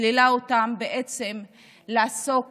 מסלילה אותם בעצם לעסוק